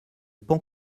pan